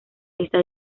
está